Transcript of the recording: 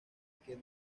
que